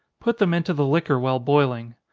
put them into the liquor while boiling.